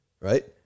right